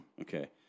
Okay